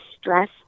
stress